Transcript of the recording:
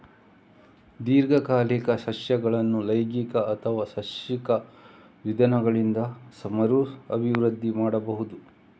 ದೀರ್ಘಕಾಲಿಕ ಸಸ್ಯಗಳನ್ನು ಲೈಂಗಿಕ ಅಥವಾ ಸಸ್ಯಕ ವಿಧಾನಗಳಿಂದ ಮರು ಅಭಿವೃದ್ಧಿ ಮಾಡಬಹುದು